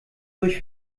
durch